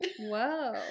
whoa